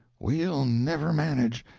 we'll never manage,